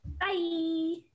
Bye